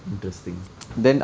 interesting